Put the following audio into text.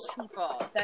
people